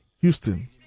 Houston